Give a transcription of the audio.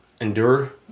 endure